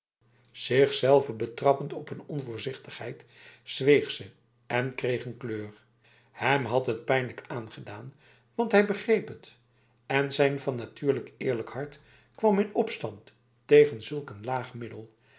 zichzelve betrappend op een onvoorzichtigheid zweeg ze en kreeg een kleur hem had het pijnlijk aangedaan want hij begreep het en zijn van nature eerlijk hart kwam in opstand tegen zulk een laag middel